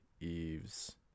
Eve's